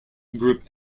group